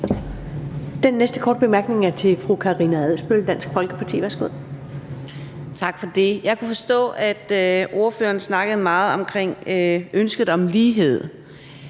Den næste korte bemærkning er til fru Karina Adsbøl, Dansk Folkeparti. Værsgo. Kl. 14:33 Karina Adsbøl (DF): Tak for det. Jeg kunne forstå, at ordføreren snakkede meget om ønsket om lighed.